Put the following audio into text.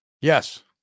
Yes